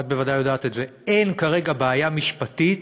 את בוודאי יודעת, אין כרגע בעיה משפטית.